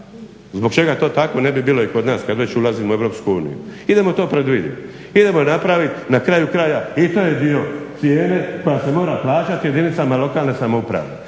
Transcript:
Zbog čega to tako ne bilo i kod nas kad već ulazimo u EU? Idemo to predvidjeti, idemo napraviti na kraju kraja i to je dio cijene koja se mora plaćati jedinicama lokalne samouprave.